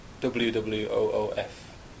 W-W-O-O-F